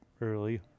early